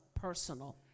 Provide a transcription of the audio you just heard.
personal